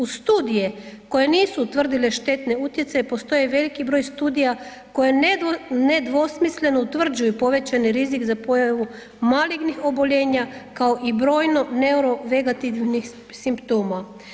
Uz studije koje nisu utvrdile štetne utjecaje postoje veliki broj studija koje nedvosmisleno utvrđuju povećani rizik za pojavu malignih oboljenja kao i brojno neurovegativnih simptoma.